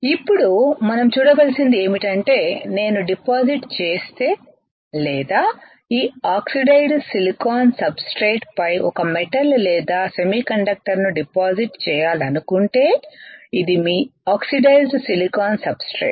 ఇప్పుడు మనం చూడవలసినది ఏమిటంటే నేను డిపాజిట్ చేస్తే లేదా ఈ ఆక్సిడైజ్డ్ సిలికాన్ సబ్ స్ట్రేట్ పై ఒక మెటల్ లేదా సెమీకండక్టర్ ను డిపాజిట్ చేయాలనుకుంటే ఇది మీ ఆక్సిడైజ్డ్ సిలికాన్ సబ్ స్ట్రేట్